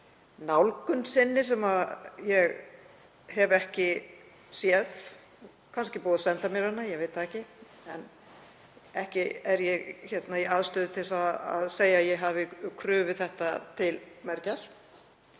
nálgun sinni sem ég hef ekki séð, kannski er búið að senda mér hana, ég veit það ekki. Ekki er ég í aðstöðu til að segja að ég hafi krufið þetta til mergjar.